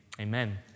amen